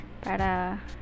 Para